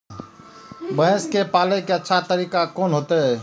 भैंस के पाले के अच्छा तरीका कोन होते?